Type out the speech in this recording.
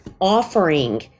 offering